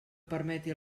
permeti